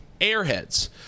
Airheads